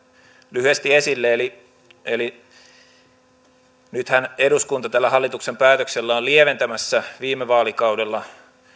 lyhyesti esille nythän eduskunta tällä hallituksen päätöksellä on lieventämässä viime vaalikaudella